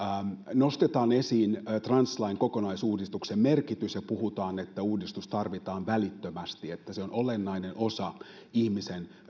nostetaan esiin translain kokonaisuudistuksen merkitys ja puhutaan että uudistus tarvitaan välittömästi että se on olennainen osa ihmisen